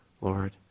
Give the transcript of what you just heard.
Lord